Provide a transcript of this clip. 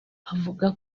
avuga